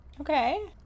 Okay